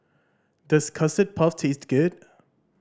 does Custard Puff taste good